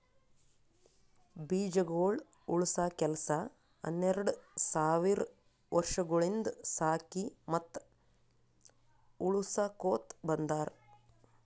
ಬೀಜಗೊಳ್ ಉಳುಸ ಕೆಲಸ ಹನೆರಡ್ ಸಾವಿರ್ ವರ್ಷಗೊಳಿಂದ್ ಸಾಕಿ ಮತ್ತ ಉಳುಸಕೊತ್ ಬಂದಾರ್